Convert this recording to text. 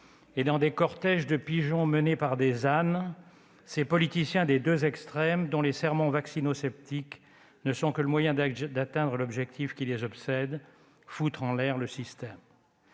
et dans des cortèges de pigeons menés par des ânes, ces politiciens des deux extrêmes, dont les sermons vaccinosceptiques ne sont que le moyen d'atteindre l'objectif qui les obsède : foutre en l'air le système.